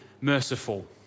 merciful